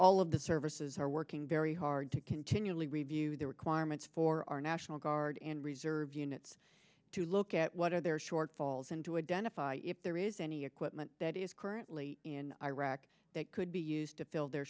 all of the services are working very hard to continually review the requirements for our national guard and reserve units to look at what are their shortfalls and to a dentist if there is any equipment that is currently in iraq that could be used to fill their